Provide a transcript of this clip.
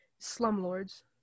slumlords